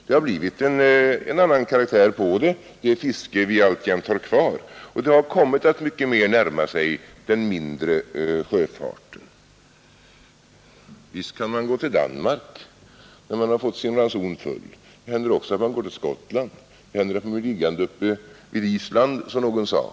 Det har blivit en annan karaktär på det fiske som vi alltjämt har kvar; det har kommit att mera närma sig den mindre sjöfarten. Visst kan fiskaren gå till Danmark, när han har fått sin fångstranson full. Det händer också ofta att han går till Skottland — hellre än att bli liggande uppe vid Island, som någon sade.